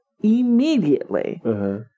immediately